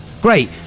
great